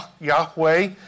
Yahweh